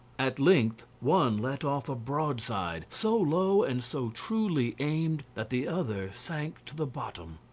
at length one let off a broadside, so low and so truly aimed, that the other sank to the bottom.